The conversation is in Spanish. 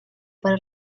para